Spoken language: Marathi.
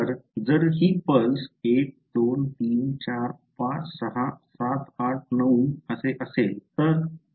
तर जर ही पल्स 1 2 3 4 5 6 7 8 9 असेल तर